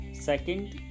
Second